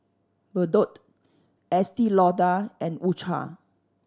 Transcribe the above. Bardot Estee Lauder and U Cha